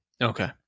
Okay